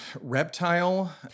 reptile